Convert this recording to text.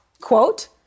Quote